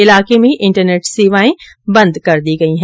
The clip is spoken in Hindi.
इलाके में इंटरनेट सेवाएं बंद कर दी गई हैं